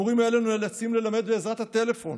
המורים האלו נאלצים ללמד בעזרת הטלפון,